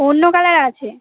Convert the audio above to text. অন্য কালার আছে